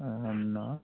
ଆ ନା